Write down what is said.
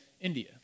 India